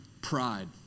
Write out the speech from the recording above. pride